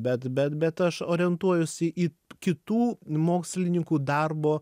bet bet bet aš orientuojuosi į kitų mokslininkų darbo